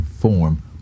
form